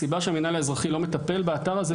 הסיבה שהמינהל האזרחי לא מטפל באתר הזה,